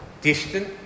distant